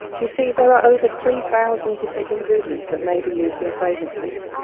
you see there are over three thousand different ingredients that may be used in fragrances.